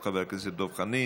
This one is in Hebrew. של חבר הכנסת דב חנין.